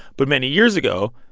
but many years ago,